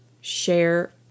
share